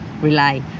rely